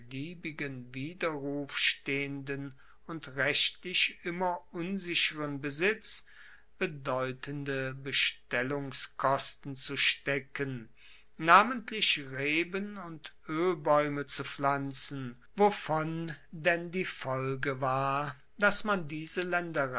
beliebigen widerruf stehenden und rechtlich immer unsicheren besitz bedeutende bestellungskosten zu stecken namentlich reben und oelbaeume zu pflanzen wovon denn die folge war dass man diese